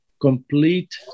complete